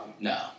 No